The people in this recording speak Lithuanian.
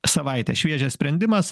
savaitę šviežias sprendimas